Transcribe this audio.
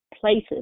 places